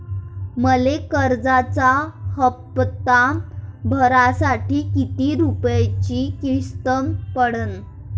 मले कर्जाचा हप्ता भरासाठी किती रूपयाची किस्त पडन?